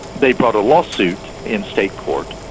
they brought a law suit in state court.